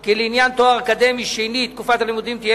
כי לעניין תואר אקדמי שני תקופת הלימודים תהיה